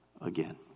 again